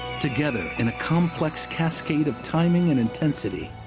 together, in a complex cascade of timing and intensity,